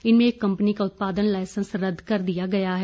इनमे एक कंपनी का उत्पादन लाइसेंस रद्द कर दिया गया है